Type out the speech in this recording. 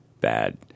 bad